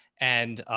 and,